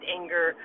anger